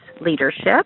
leadership